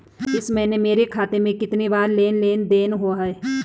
इस महीने मेरे खाते में कितनी बार लेन लेन देन हुआ है?